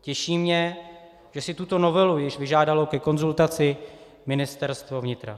Těší mě, že si tuto novelu již vyžádalo ke konzultaci Ministerstvo vnitra.